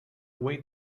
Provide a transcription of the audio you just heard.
way